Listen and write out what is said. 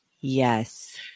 Yes